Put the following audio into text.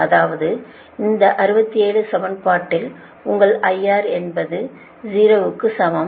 அதாவது இந்த 67 சமன்பாட்டில் உங்கள் IR என்பது 0 க்கு சமம்